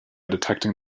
detecting